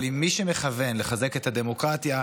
אבל מי שמכוון לחזק את הדמוקרטיה,